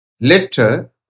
letter